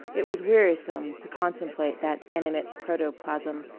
it was wearisome to contemplate that animate protoplasm,